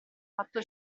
fatto